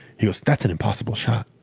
he goes, that's an impossible shot.